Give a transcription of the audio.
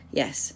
yes